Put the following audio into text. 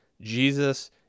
jesus